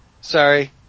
Sorry